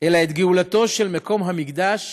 אלא את גאולתו של מקום המקדש